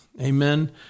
Amen